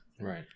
Right